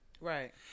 right